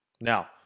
Now